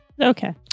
Okay